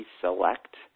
Select